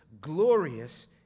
glorious